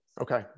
Okay